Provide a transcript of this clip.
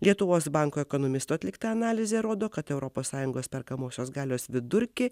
lietuvos banko ekonomistų atlikta analizė rodo kad europos sąjungos perkamosios galios vidurkį